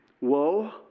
Woe